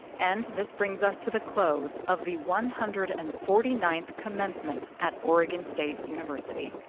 and this brings us to the close of the one hundred and forty ninth commencement at oregon state university.